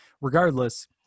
regardless